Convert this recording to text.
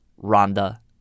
Rhonda